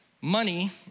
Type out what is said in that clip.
Money